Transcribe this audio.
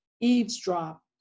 eavesdrop